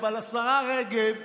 אבל השרה רגב,